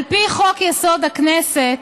על פי חוק-יסוד: הכנסת,